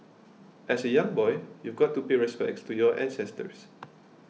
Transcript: as a young boy you've got to pay respects to your ancestors